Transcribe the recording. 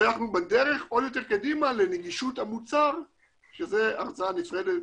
ואנחנו בדרך עוד יותר קדימה לנגישות המוצר שזו הרצאה נפרדת